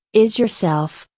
is yourself,